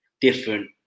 different